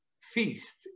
feast